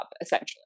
essentially